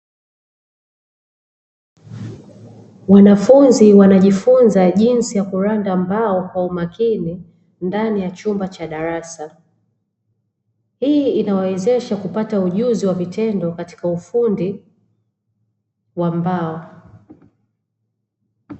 Wanafunzi wanajifunza jinsi ya kuranda mbao kwa umakini ndani ya chumba cha darasa, hii inawawezesha kupata ujuzi wa vitendo katika ufundi wa mbao.